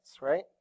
right